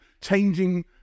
changing